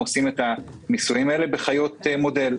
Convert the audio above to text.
עושים את הניסויים האלה בחיות מודל.